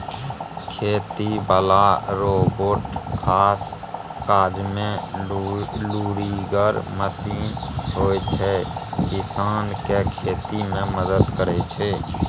खेती बला रोबोट खास काजमे लुरिगर मशीन होइ छै किसानकेँ खेती मे मदद करय छै